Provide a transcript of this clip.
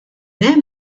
hemm